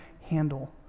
handle